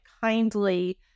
kindly